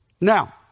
Now